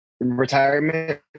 retirement